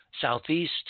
southeast